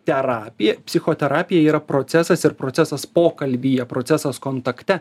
terapija psichoterapija yra procesas ir procesas pokalbyje procesas kontakte